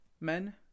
Men